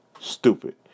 stupid